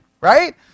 right